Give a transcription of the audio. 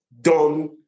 done